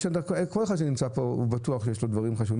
כל מי שנמצא פה בטוח שיש לו דברים חשובים,